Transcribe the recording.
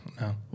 No